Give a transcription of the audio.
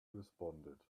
responded